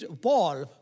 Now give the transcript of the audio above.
Paul